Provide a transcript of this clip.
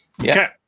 Okay